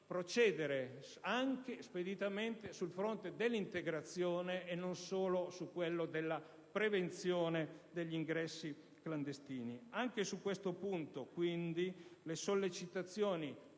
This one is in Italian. procedere anche speditamente sul fronte dell'integrazione, e non solo su quello della prevenzione degli ingressi clandestini. Anche su questo punto, quindi, le sollecitazioni